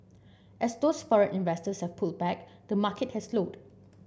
as those foreign investors have pulled back the market has slowed